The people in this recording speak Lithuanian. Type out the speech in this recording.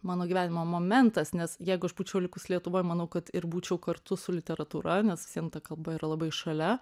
mano gyvenimo momentas nes jeigu aš būčiau likus lietuvoj manau kad ir būčiau kartu su literatūra nes vis vien ta kalba yra labai šalia